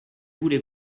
voulez